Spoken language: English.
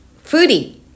Foodie